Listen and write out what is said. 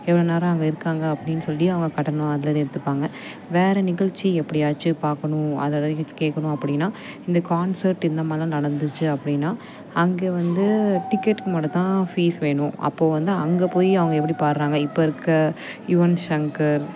எவ்வளோ நேரம் அங்கே இருக்காங்க அப்படின்னு சொல்லி அவங்க கட்டணம் அதுலேருந்து எடுத்துப்பாங்க வேறு நிகழ்ச்சி எப்படியாச்சும் பார்க்கணும் அதை இதை கேட்கணும் அப்படின்னா இந்த கான்செர்ட் இந்தமாதிரிலாம் நடந்துச்சு அப்படின்னா அங்கே வந்து டிக்கெட்டு மட்டும் தான் ஃபீஸ் வேணும் அப்போது வந்து அங்கே போய் அவங்க எப்படி பாடுறாங்க இப்போது இருக்க யுவன்சங்கர்